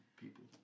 people